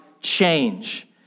change